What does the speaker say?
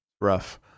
Rough